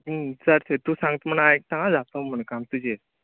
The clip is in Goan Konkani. सर चय तूं सांगात म्हूण आयक्ता आ जातो म्हूण काम तुजेर